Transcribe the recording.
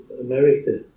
America